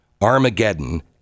Armageddon